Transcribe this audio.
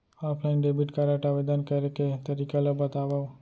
Offline debit card आवेदन करे के तरीका ल बतावव?